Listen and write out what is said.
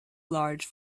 large